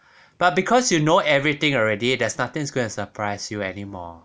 but because you know everything already there's nothing going to surprise you anymore